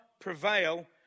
prevail